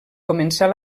començar